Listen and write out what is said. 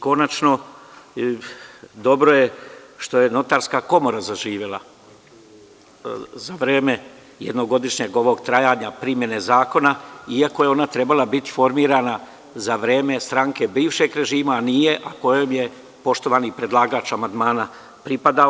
Konačno, dobro je što je Notarska komora zaživela za vreme jednogodišnjeg ovog trajanja primene zakona, iako je ona trebala biti formirana za vreme stranke bivšeg režima, a nije, a kojoj je poštovani predlagač amandmana pripadao.